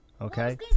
Okay